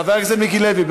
חבר הכנסת מיקי לוי,